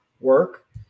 work